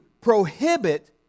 prohibit